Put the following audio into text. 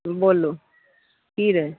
बोलू की रे